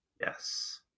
Yes